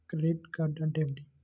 Credit card అంటే ఏమిటి?